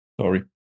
sorry